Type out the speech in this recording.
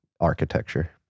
architecture